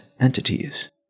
entities